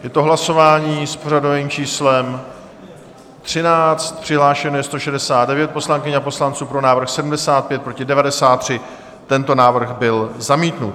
Je to hlasování s pořadovým číslem 13, přihlášeno je 169 poslankyň a poslanců, pro návrh 75, proti 93, tento návrh byl zamítnut.